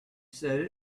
said